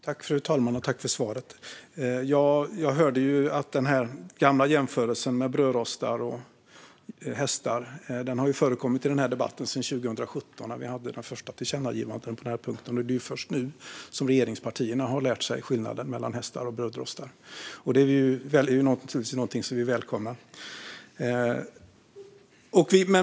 Fru talman! Tack för svaret! Jag hörde att den gamla jämförelsen mellan brödrostar och hästar har förekommit i debatten sedan 2017 när vi hade det första tillkännagivandet på den här punkten. Det är först nu som regeringspartierna har lärt sig skillnaderna mellan hästar och brödrostar. Det är någonting som vi välkomnar.